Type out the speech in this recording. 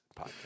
podcast